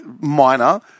minor